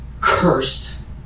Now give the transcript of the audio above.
cursed